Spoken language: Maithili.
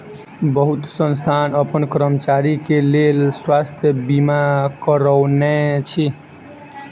बहुत संस्थान अपन कर्मचारी के लेल स्वास्थ बीमा करौने अछि